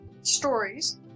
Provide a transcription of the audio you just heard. stories